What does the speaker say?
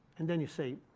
and then you say,